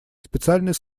специальный